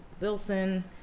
Wilson